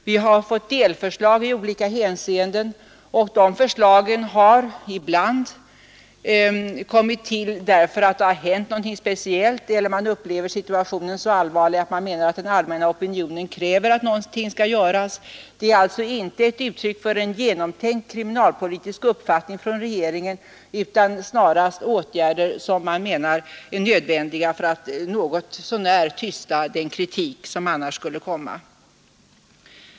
Vi har fått delförslag i olika hänseenden, och de förslagen har ibland kommit till därför att det har hänt någonting speciellt eller därför att man upplever situationen som så allvarlig att man menar att den allmänna opinionen kräver att någonting skall göras. Åtgärderna har alltså inte varit ett uttryck för en genomtänkt kriminalpolitisk uppfattning från regeringen utan har snarare varit nödvändiga för att något så när tysta den kritik som annars skulle kommit.